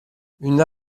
une